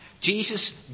Jesus